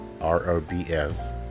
R-O-B-S